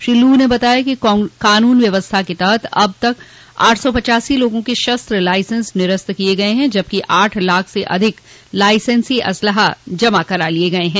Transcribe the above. श्री लू ने बताया कि कानून व्यवस्था के तहत अब तक आठ सौ पच्चासी लोगों क शस्त्र लाइसेंस निरस्त कर दिये गये हैं जबकि आठ लाख से अधिक लाइसेंसी असलहा जमा करा लिये गये हैं